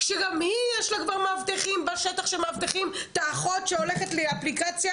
שגם היא יש לה כבר מאבטחים בשטח שמאבטחים את האחות שהולכת לאפליקציה,